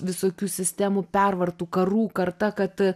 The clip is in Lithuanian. visokių sistemų pervartų karų karta kad